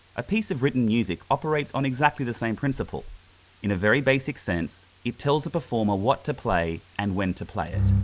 a piece of written music operates on exactly the same principle. in a very basic sense, it tells a performer what to play and when to play it.